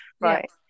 Right